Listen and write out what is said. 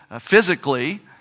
physically